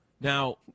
Now